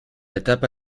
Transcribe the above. etapa